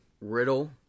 Riddle